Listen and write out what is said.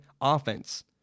offense